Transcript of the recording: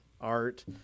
art